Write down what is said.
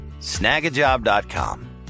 Snagajob.com